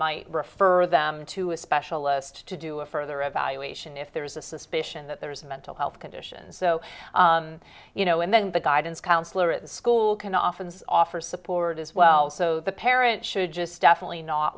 might refer them to a specialist to do a further evaluation if there is a suspicion that there is a mental health condition so you know and then the guidance counselor at the school can often offer support as well so the parent should just definitely not